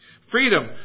Freedom